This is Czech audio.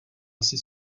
asi